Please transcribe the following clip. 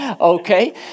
Okay